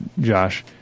Josh